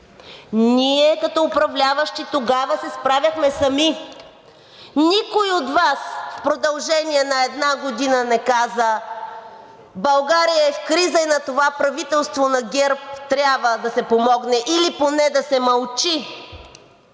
ние като управляващи тогава се справяхме сами, никой от Вас в продължение на една година не каза: България е в криза и на това правителство на ГЕРБ трябва да се помогне или поне да се мълчи,